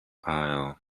aisle